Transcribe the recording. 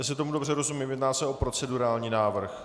Jestli tomu dobře rozumím, jedná se o procedurální návrh.